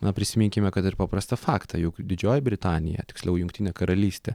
na prisiminkime kad ir paprastą faktą juk didžioji britanija tiksliau jungtinė karalystė